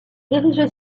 érigé